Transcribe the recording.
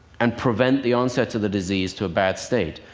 and prevent the onset of the disease to a bad state.